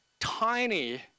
tiny